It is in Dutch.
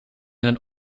een